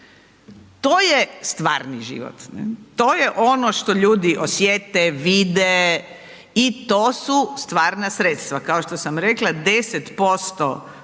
To je stvarni život. To je ono što ljudi osjete, vide i to su stvarna sredstva, kao što sam rekla, 10%